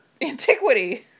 antiquity